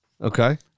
Okay